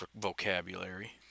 vocabulary